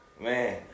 Man